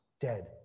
dead